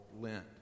Lent